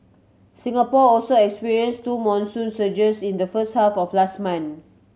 Singapore also experience two monsoon surges in the first half of last month